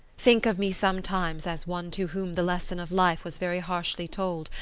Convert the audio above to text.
think of me sometimes as one to whom the lesson of life was very harshly told,